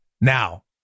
Now